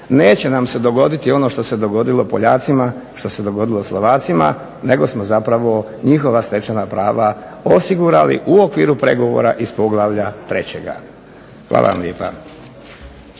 neće nam se dogoditi ono što se dogodilo Poljacima, što se dogodilo Slovacima, nego smo zapravo njihova stečena prava osigurali u okviru pregovora iz poglavlja 3. Hvala vam lijepa.